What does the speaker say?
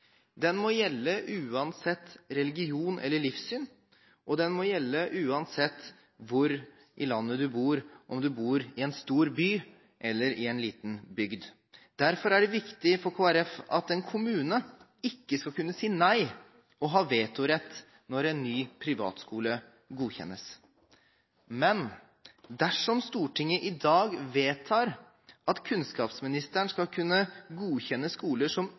Den må gjelde uansett religion eller livssyn, og den må gjelde uansett hvor i landet man bor – om man bor i en stor by, eller i en liten bygd. Derfor er det viktig for Kristelig Folkeparti at en kommune ikke skal kunne si nei og ha vetorett når en ny privatskole godkjennes. Men dersom Stortinget i dag vedtar at kunnskapsministeren skal kunne godkjenne skoler som